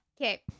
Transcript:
Okay